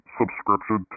subscription